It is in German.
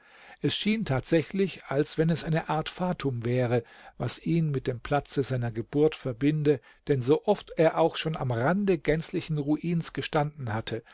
es schien tatsächlich als wenn es eine art fatum wäre was ihn mit dem platze seiner geburt verbinde denn so oft er auch schon am rande gänzlichen ruins gestanden hatte